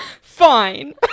Fine